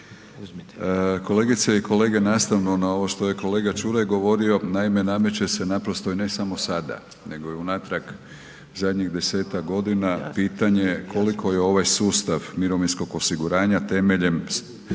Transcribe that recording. Kolegice i kolege, nastavno na ovo što je kolega Čuraj govorio, naime nameće se naprosto i ne samo sada nego i unatrag zadnjih desetak godina pitanje koliko je ovaj sustav mirovinskog osiguranja temeljem